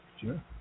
Sure